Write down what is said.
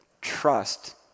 Trust